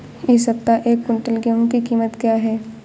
इस सप्ताह एक क्विंटल गेहूँ की कीमत क्या है?